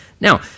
Now